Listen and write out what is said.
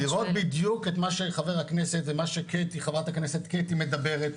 לראות בדיוק את מה שחבר הכנסת ואת מה שחברת הכנסת קטי מדברת,